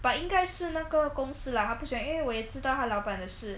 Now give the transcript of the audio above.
but 应该是哪个公司 lah 她不喜欢因为因为我也知道她老板的事